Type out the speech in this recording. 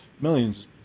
millions